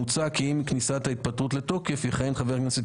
מוצע כי עם כניסת ההתפטרות לתוקף יכהן חבר הכנסת